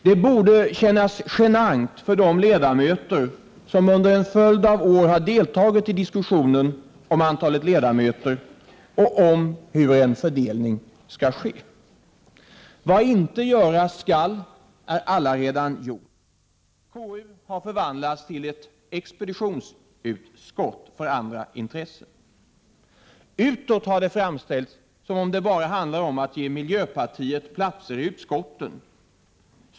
Detta borde kännas genant för de ledamöter som under en följd av år har deltagit i diskussionen om antalet ledamöter i utskotten och om hur en fördelning skall ske. Vad inte göras skall är allaredan gjort. Konstitutionsutskottet har förvandlats till ett expeditionsutskott för andra intressen. Utåt har det framställts som om det bara handlar om att ge miljöpartiet platser i utskotten.